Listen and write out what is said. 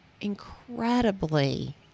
incredibly